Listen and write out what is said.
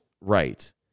right